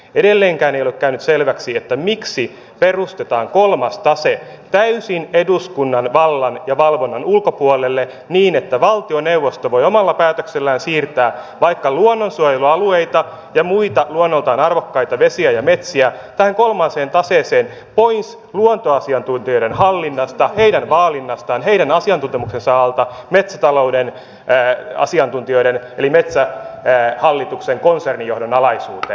edelleenkään ei ole käynyt selväksi miksi perustetaan kolmas tase täysin eduskunnan vallan ja valvonnan ulkopuolelle niin että valtioneuvosto voi omalla päätöksellään siirtää vaikka luonnonsuojelualueita ja muita luonnoltaan arvokkaita vesiä ja metsiä tähän kolmanteen taseeseen pois luontoasiantuntijoiden hallinnasta heidän vaalinnastaan heidän asiantuntemuksensa alta metsätalouden asiantuntijoiden eli metsähallituksen konsernijohdon alaisuuteen